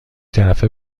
طرفه